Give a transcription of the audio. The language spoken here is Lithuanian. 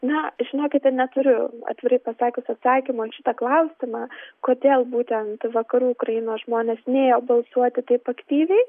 na žinokite neturiu atvirai pasakius atsakymo į šitą klausimą kodėl būtent vakarų ukrainos žmonės nėjo balsuoti taip aktyviai